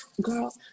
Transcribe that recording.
girl